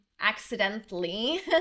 accidentally